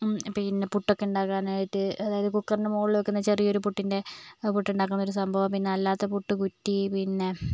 പിന്നെ പുട്ടൊക്കെണ്ടാക്കാനായിട്ട് അതായത് കുക്കറിൻ്റെ മുകളില് വെക്കുന്ന ചെറിയൊരു പുട്ടിൻ്റെ ആ പുട്ടുണ്ടാകുന്നൊരു സംഭവം പിന്നെ അല്ലാത്ത പുട്ട് കുറ്റി പിന്നെ